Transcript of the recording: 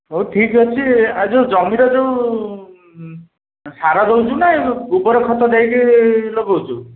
ହଉ ଠିକ୍ଅଛି ଆଉ ଯେଉଁ ଜମିର ଯେଉଁ ସାର ଦଉଛୁ ନା ଗୋବର ଖତ ଦେଇକି ଲଗଉଛୁ